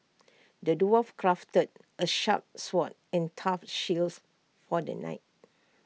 the dwarf crafted A sharp sword and A tough shields for the knight